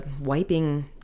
wiping